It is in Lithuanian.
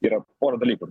yra pora dalykų